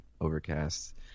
overcast